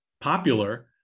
popular